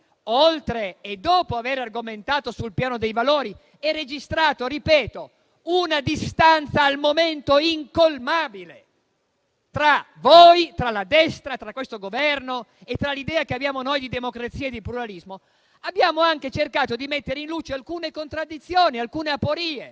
oltre e dopo aver argomentato sul piano dei valori e registrato, ripeto, una distanza al momento incolmabile tra voi, la destra e questo Governo, e l'idea che abbiamo noi di democrazia e di pluralismo, abbiamo anche cercato di mettere in luce alcune contraddizioni, alcune aporie.